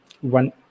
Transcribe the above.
one